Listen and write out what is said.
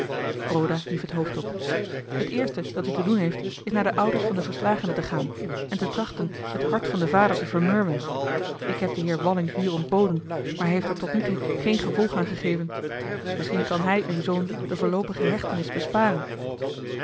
roda hief het hoofd op t eerste dat u te doen heeft is naar de ouders van den verslagene te gaan en te trachten het hart van den vader te vermurwen ik heb den heer walling hier ontboden maar hij heeft er tot nu toe geen gevolg aan gegeven misschien kan hij uw zoon de voorloopige hechtenis besparen